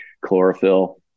chlorophyll